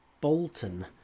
Bolton